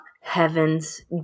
Heaven's